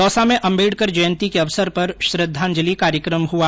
दौसा में अम्बेडकर जयन्ती के अवसर पर श्रद्धांजलि कार्यक्रम हुआ